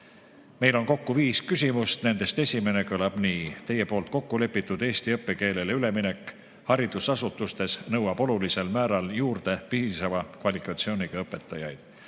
on kokku viis küsimust. Nendest esimene kõlab nii: "Teie poolt kokku lepitud eesti õppekeelele üleminek haridusasutustes nõuab olulisel määral juurde piisava kvalifikatsiooniga õpetajaid.